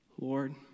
Lord